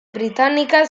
britannica